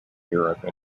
europe